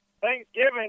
Thanksgiving